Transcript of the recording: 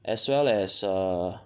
as well as err